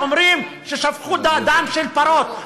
אומרים ששפכו דם של פרות,